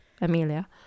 Amelia